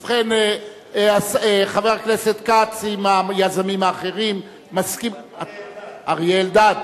ובכן, חבר הכנסת כץ, עם היזמים האחרים, אריה אלדד.